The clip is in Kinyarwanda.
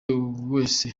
wese